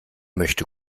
möchte